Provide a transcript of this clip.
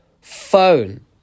phone